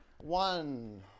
one